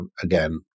again